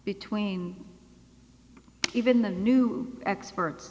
between even the new experts